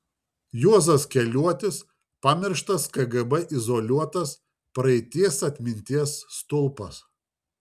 juozas keliuotis pamirštas kgb izoliuotas praeities atminties stulpas